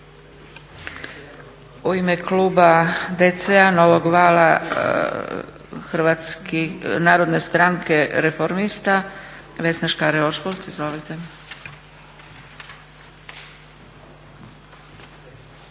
U ime Kluba DC-Novog vala Narodne stranke reformista Vesna Škare Ožbolt. Izvolite.